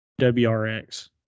WRX